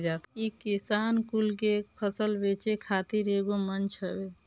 इ किसान कुल के फसल बेचे खातिर एगो मंच हवे